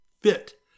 FIT